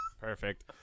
Perfect